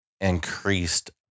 increased